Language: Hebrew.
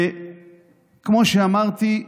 כמו שאמרתי,